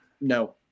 no